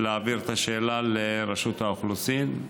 להעביר את השאלה לרשות האוכלוסין.